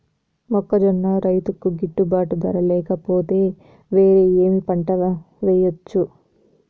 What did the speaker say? మొక్కజొన్న రైతుకు గిట్టుబాటు ధర లేక పోతే, వేరే ఏమి పంట వెయ్యొచ్చు?